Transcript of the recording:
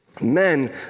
Men